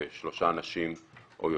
שלושה אנשים או יותר,